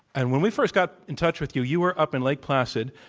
and when we first got in touch with you, you were up in lake placid,